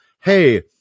Hey